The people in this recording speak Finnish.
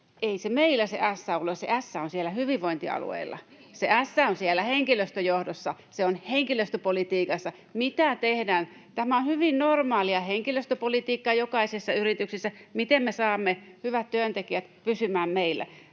Ei se meillä se ässä ole, se ässä on siellä hyvinvointialueilla. Se ässä on siellä henkilöstöjohdossa, se on henkilöstöpolitiikassa, jota tehdään. On hyvin normaalia henkilöstöpolitiikkaa jokaisessa yrityksessä, että miten me saamme hyvät työntekijät pysymään meillä.